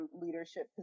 leadership